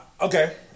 Okay